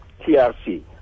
TRC